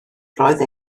roedd